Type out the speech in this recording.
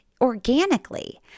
organically